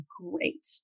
great